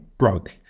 Broke